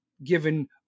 given